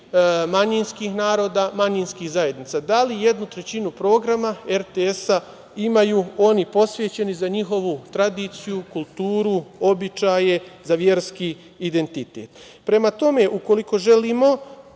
manjinskih naroda, manjinskih zajednica. Da li jednu trećinu programa RTS-a imaju oni, posvećenu njihovoj tradiciji, kulturi, običajima za verski identitet? Prema tome, ukoliko želimo,